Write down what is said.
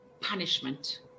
punishment